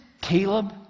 Caleb